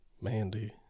Mandy